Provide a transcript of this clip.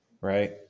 right